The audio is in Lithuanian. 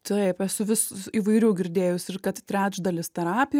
taip esu vis įvairių girdėjus ir kad trečdalis terapijo